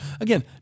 Again